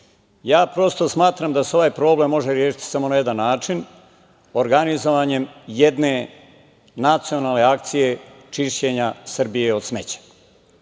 deponija. Prosto smatram da se ovaj problem može rešiti samo na jedan način, organizovanjem jedne nacionalne akcije čišćenja Srbije od smeća.